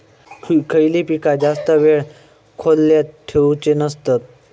खयली पीका जास्त वेळ खोल्येत ठेवूचे नसतत?